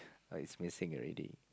oh it's missing already